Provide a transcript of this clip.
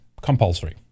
compulsory